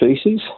species